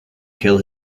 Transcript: kill